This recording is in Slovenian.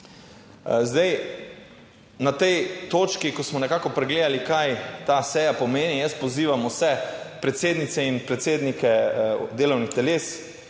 na tej točki, ko smo nekako pregledali, kaj ta seja pomeni, jaz pozivam vse predsednice in predsednike delovnih teles,